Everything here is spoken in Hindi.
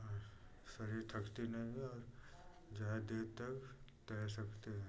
और शरीर थकती नहीं है और ज़्यादा देर तक तैर सकते हैं